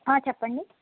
చెప్పండి